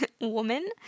woman